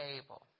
table